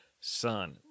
son